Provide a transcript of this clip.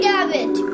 David